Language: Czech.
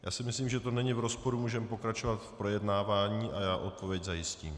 Já si myslím, že to není v rozporu, můžeme pokračovat v projednávání a já odpověď zajistím.